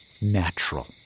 natural